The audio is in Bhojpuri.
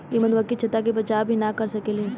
इ मधुमक्खी छत्ता के बचाव भी ना कर सकेली सन